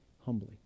humbly